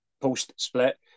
post-split